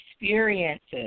experiences